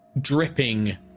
dripping